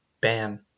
bam